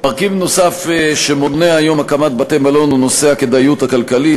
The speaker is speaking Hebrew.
מרכיב נוסף שמונע היום הקמת בתי-מלון הוא נושא הכדאיות הכלכלית.